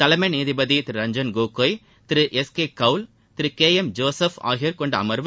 தலைமை நீதிபதி திரு ரஞ்சன் கோகாய் திரு எஸ் கே கவுல் திரு கே எம் ஜோசுப் ஆகியோர் கொண்ட அமர்வு